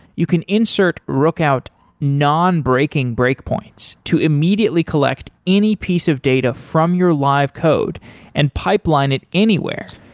you can insert rookout non-breaking breakpoints to immediately collect any piece of data from your live code and pipeline it anywhere.